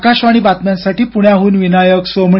आकाशवाणी बातम्यांसाठी पुण्याहून विनायक सोमणी